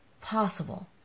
possible